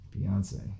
Beyonce